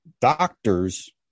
doctors